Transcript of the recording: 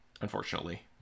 unfortunately